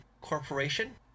Corporation